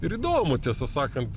ir įdomu tiesą sakant